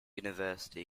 university